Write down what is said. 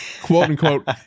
quote-unquote